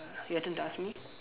your turn to ask me